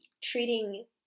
treating